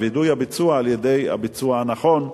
ווידוא הביצוע על-ידי הביצוע הנכון,